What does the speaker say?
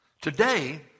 Today